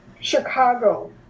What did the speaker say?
Chicago